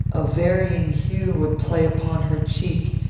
a varying hue would play upon her cheek,